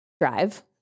drive